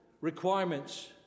requirements